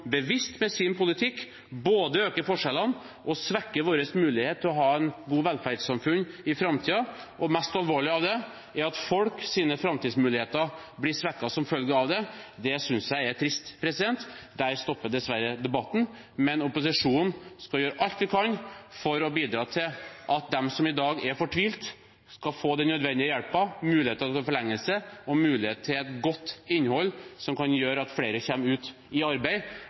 med sin politikk bevisst både øker forskjellene og svekker vår mulighet til å ha et godt velferdssamfunn i framtiden. Det mest alvorlige er at folks framtidsmuligheter blir svekket som følge av det. Det synes jeg er trist. Der stopper dessverre debatten, men opposisjonen skal gjøre alt vi kan for å bidra til at de som i dag er fortvilte, skal få nødvendig hjelp, muligheter til forlengelse og mulighet til et godt innhold som kan gjøre at flere kommer ut i arbeid